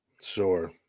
sure